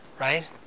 right